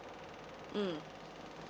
mm